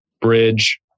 bridge